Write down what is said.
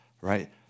right